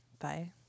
Bye